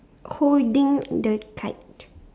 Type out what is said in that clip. holding the kite